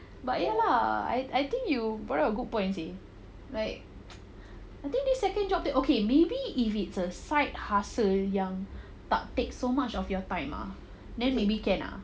but ya lah I I think you brought up a good point seh like I think this second job that okay maybe if it's a side hustle yang tak take so much of your time ah then maybe can ah